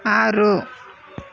ಆರು